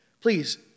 Please